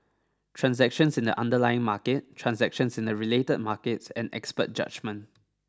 transactions in the underlying market transactions in the related markets and expert judgement